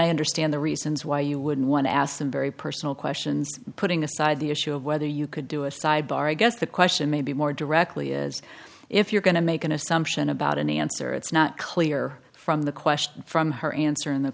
i understand the reasons why you would want to ask some very personal questions putting aside the issue of whether you could do a side bar i guess the question maybe more directly is if you're going to make an assumption about an answer it's not clear from the question from her answer in the